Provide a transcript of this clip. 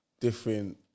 different